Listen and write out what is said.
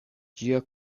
ĝia